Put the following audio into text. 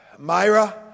Myra